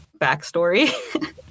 backstory